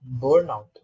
burnout